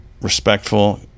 respectful